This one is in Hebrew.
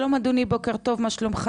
שלום אדוני, בוקר טוב, מה שלומך?